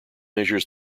measures